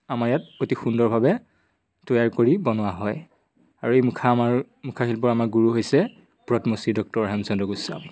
আমাৰ ইয়াত অতি সুন্দৰভাৱে তৈয়াৰ কৰি বনোৱা হয় আৰু এই মুখা আমাৰ মুখা শিল্পৰ আমাৰ গুৰু হৈছে পদ্মশ্ৰী ডক্টৰ হেম চন্দ্ৰ গোস্বামী